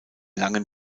langen